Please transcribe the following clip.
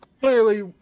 Clearly